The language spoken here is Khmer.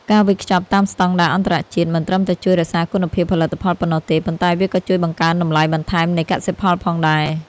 ការវេចខ្ចប់តាមស្ដង់ដារអន្តរជាតិ មិនត្រឹមតែជួយរក្សាគុណភាពផលិតផលប៉ុណ្ណោះទេ ប៉ុន្តែវាក៏ជួយបង្កើនតម្លៃបន្ថែមនៃកសិផលផងដែរ។